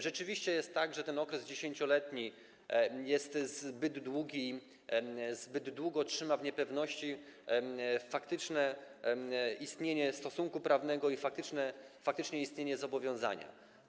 Rzeczywiście jest tak, że ten okres 10-letni jest zbyt długi, zbyt długo trzyma w niepewności faktyczne istnienie stosunku prawnego i faktyczne istnienie zobowiązania.